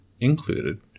included